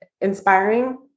inspiring